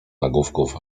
nagłówków